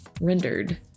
rendered